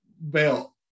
belt